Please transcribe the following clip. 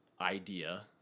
idea